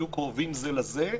יהיו קרובים זה לזה,